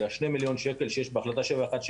את השני מיליון שקל שיש בהחלטה 716